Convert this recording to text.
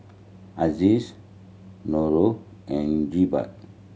Aziz Noh and Jebat